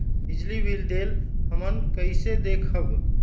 बिजली बिल देल हमन कईसे देखब?